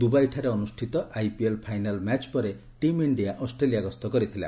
ଦୁବାଇଠାରେ ଅନୁଷ୍ଠିତ IPL final match ପରେ team India Australia ଗସ୍ତ କରିଥିଲା